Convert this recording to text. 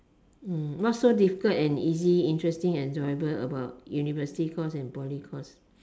what's so different and easy interesting enjoyable about university course and poly course